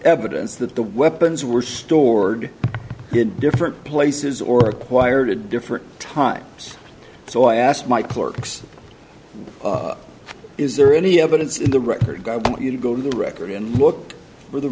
evidence that the weapons were stored good different places or acquired different times so i asked my clerks is there any evidence in the record i want you to go to the record and look for the